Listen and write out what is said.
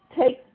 take